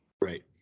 Right